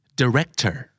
director